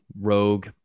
rogue